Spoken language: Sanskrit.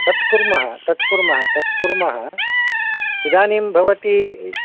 तत् कुर्मः तत् कुर्मः तत् कुर्मः इदानीं भवती